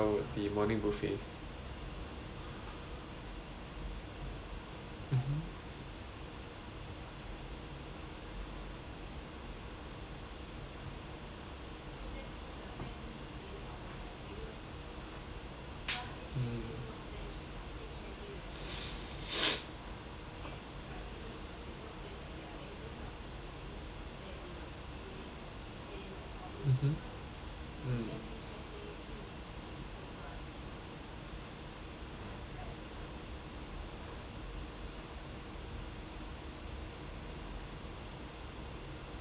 mmhmm mm mmhmm mm mm mm